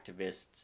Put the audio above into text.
activists